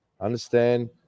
understand